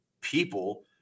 people